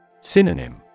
Synonym